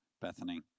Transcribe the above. Bethany